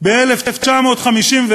בהן ב-1951,